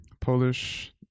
Polish